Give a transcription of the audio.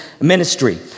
ministry